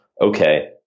okay